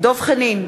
דב חנין,